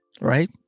right